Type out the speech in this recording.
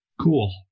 Cool